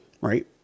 right